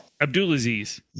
Abdulaziz